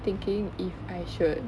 thinking if I should